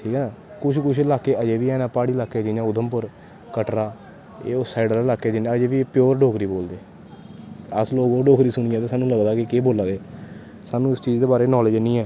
ठीक ऐ ना कुश कुश लाह्के अजैं बी हैन नै प्हाड़ी लाह्के जियां उधमपुर कटरा एह् उस साईड़ आह्ले लाह्के अजैं बी प्योर डेगरी बोलदे असलोग गी सुनियें ते लगदा केह् बोला दे साह्नू इस चीज़ दे बारे च नॉलेज़ नी है